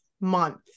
month